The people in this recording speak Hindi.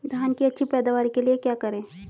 धान की अच्छी पैदावार के लिए क्या करें?